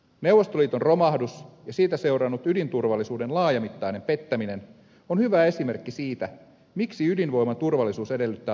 neuvostoliiton romahdus ja siitä seurannut ydinturvallisuuden laajamittainen pettäminen on hyvä esimerkki siitä miksi ydinvoiman turvallisuus edellyttää vakaata yhteiskuntaa